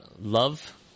love